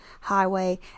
highway